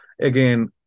Again